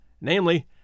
namely